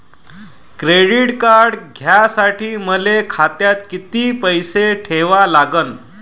Credit card घ्यासाठी मले खात्यात किती पैसे ठेवा लागन?